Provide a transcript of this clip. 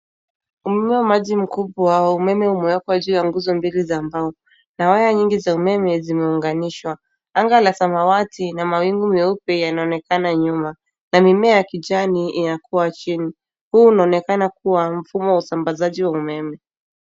Umeme wa maji mkubwa wa umeme umewekwa juu ya nguzo mbili za mbao, na waya nyigi za umeme zimeunganishwa. Anga la samawati na mawingu meupe, yanaonekana nyuma, na mimea ya kijani inakua chini. Huu unaonekana kua mfumo wa usambazaji wa umeme.